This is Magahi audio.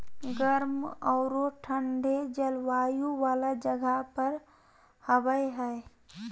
गर्म औरो ठन्डे जलवायु वाला जगह पर हबैय हइ